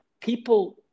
people